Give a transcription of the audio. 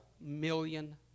million